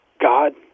God